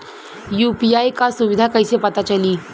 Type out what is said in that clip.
UPI क सुविधा कैसे पता चली?